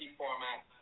format